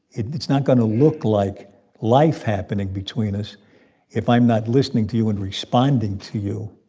it's not going to look like life happening between us if i'm not listening to you and responding to you